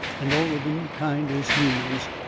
and all them kinds is humans.